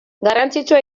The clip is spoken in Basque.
garrantzitsua